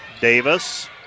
Davis